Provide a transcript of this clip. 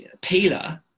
peeler